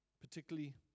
particularly